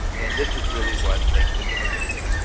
and this is really what makes it innovative.